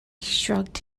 shrugged